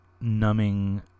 numbing